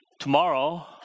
Tomorrow